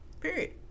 period